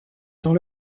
dans